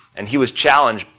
and he was challenged,